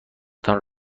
تان